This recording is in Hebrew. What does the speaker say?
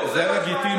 זה מה שמעניין אותך.